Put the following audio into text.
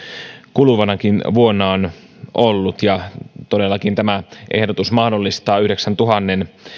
kuluvanakin vuonna on ollut todellakin tämä ehdotus mahdollistaa yhdeksäntuhannen